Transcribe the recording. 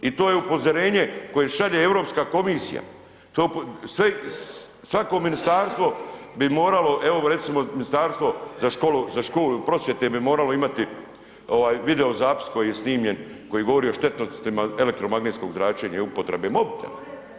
I to je upozorenje koje šalje Europska komisija, to je, sve, svako ministarstvo bi moralo, evo recimo Ministarstvo za školu i prosvjete bi moralo imati ovaj video zapis koji je snimljen koji govori o štetnostima elektromagnetskog zračenja i upotrebe mobitela.